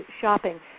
shopping